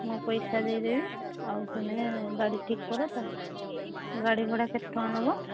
ମୁଁ ପଇସା ଦେଇ ଦେବି ଆଉ ତୁମେ ଗାଡ଼ି ଠିକ୍ କର ତ ଗାଡ଼ି ଭଡ଼ା କେତେ ଟଙ୍କା ନବ